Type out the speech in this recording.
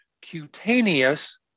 cutaneous